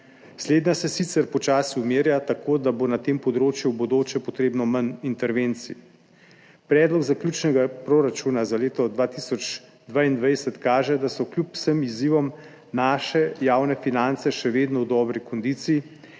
Slednja se sicer počasi umirja, tako da bo na tem področju v bodoče potrebno manj intervencij. Predlog zaključnega proračuna za leto 2022 kaže, da so kljub vsem izzivom naše javne finance še vedno v dobri kondiciji